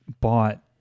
bought